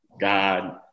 God